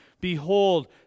behold